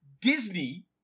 Disney